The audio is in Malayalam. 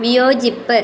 വിയോജിപ്പ്